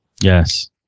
Yes